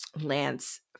Lance